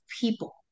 people